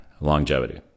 longevity